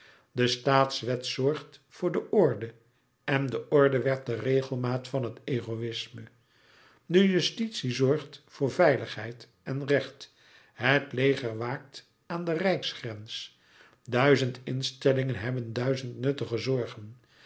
de staatswet zorgt voor de orde en de orde werd de regelmaat van het egoïsme de justitie zorgt voor veiligheid en recht het leger waakt aan den rijksgrens duizend instellingen hebben duizend nuttige zorgen